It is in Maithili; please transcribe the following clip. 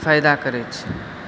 फायदा करैत अछि